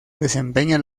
desempeña